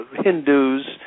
Hindus